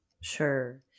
sure